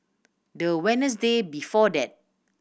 the Wednesday before that